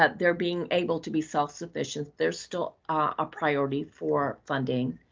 ah they're being able to be self-sufficient. there's still a priority for funding.